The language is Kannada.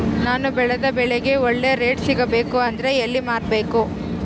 ನಾನು ಬೆಳೆದ ಬೆಳೆಗೆ ಒಳ್ಳೆ ರೇಟ್ ಸಿಗಬೇಕು ಅಂದ್ರೆ ಎಲ್ಲಿ ಮಾರಬೇಕು?